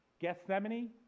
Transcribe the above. Gethsemane